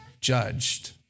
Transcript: judged